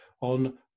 on